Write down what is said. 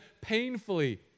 painfully